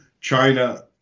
China